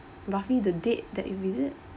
roughly the date that you visit